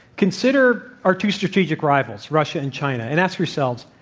consider our two strategic rivals russia and china. and ask yourselves,